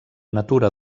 natura